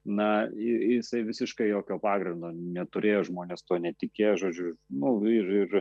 na jisai visiškai jokio pagrindo neturėjo žmonės tuo netikėjo žodžiu nu ir ir